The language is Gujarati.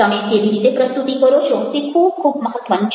તમે કેવી રીતે પ્રસ્તુતિ કરો છો તે ખૂબ ખૂબ મહત્ત્વનું છે